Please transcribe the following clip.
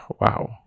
wow